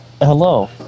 Hello